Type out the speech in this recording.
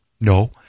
No